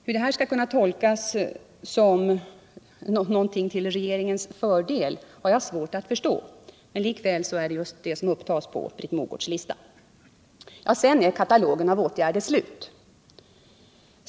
Hur detta skall kunna tolkas till regeringens fördel har jag svårt att förstå. Men likväl är just detta någonting som upptas i Britt Mogårds lista. Sedan är katalogen av åtgärder slut.